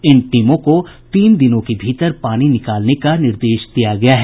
इन टीमों को तीन दिनों के भीतर पानी निकालने का निर्देश दिया गया है